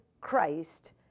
Christ